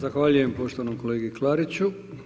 Zahvaljujem poštovanom kolegi Klariću.